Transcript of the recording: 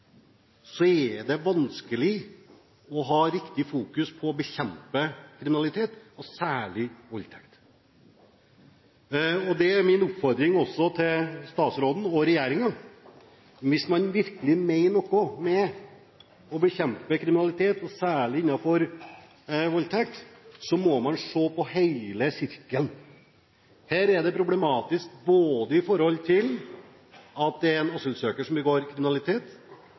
er det vanskelig å ha riktig fokus på å bekjempe kriminalitet og særlig voldtekt. Min oppfordring til statsråden og regjeringen er: Hvis man virkelig mener noe med å bekjempe kriminalitet, særlig voldtekt, må man se på hele sirkelen. Her er det problematisk at det er en asylsøker som begår kriminalitet,